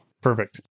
Perfect